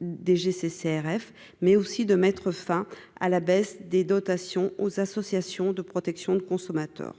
DGCCRF mais aussi de mettre fin à la baisse des dotations aux associations de protection de consommateurs